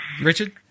Richard